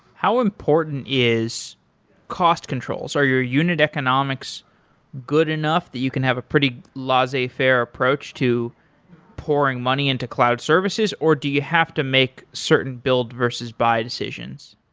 how important is cost controls? are your unit economics good enough the you can have a pretty laissez faire approach to pouring money into cloud services, or do you have to make certain build versus buy decision?